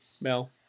Mel